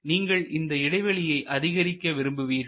நீங்கள் இந்த இடைவெளியை அதிகரிக்க விரும்புவீர்கள்